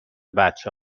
بچه